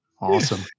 Awesome